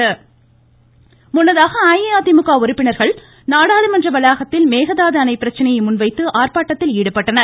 அவை தொடர்ச்சி முன்னதாக அஇதிமுக உறுப்பினர்கள் நாடாளுமன்ற வளாகத்தில் மேகதாது அணை பிரச்சனையை முன்வைத்து ஆர்பாட்டத்தில் ஈடுபட்டனர்